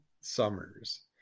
summers